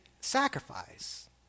sacrifice